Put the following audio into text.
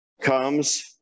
comes